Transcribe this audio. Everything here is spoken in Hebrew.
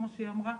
כמו שהיא אמרה,